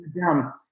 down